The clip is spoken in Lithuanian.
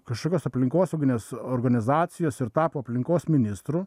kažkokios aplinkosauginės organizacijos ir tapo aplinkos ministru